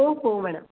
हो हो मॅडम